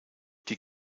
die